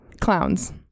Clowns